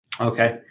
Okay